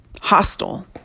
hostile